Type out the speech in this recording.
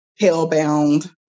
hellbound